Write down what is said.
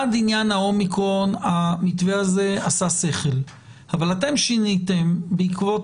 עד עניין ה-אומיקרון המתווה הזה עשה שכל אבל אתם שיניתם בעקבות